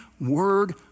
word